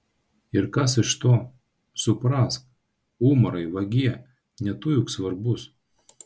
ir kas iš to suprask umarai vagie ne tu juk svarbus